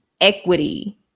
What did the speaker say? equity